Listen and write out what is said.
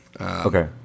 Okay